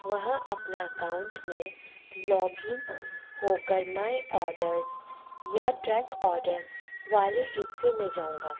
وہاں اپنا اکاؤنٹ میں لاگ ان ہو کر مائی آڈرس یا ٹریک آڈر والے حصے میں جاؤں گا